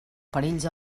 perills